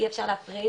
אי אפשר להפריד